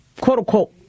quote-unquote